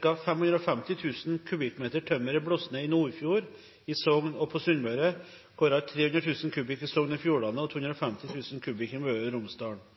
ca. 550 000 m3 tømmer er blåst ned i Nordfjord, i Sogn og på Sunnmøre, hvorav 300 000 m3 i Sogn og Fjordane og 250 000 m3 i Møre og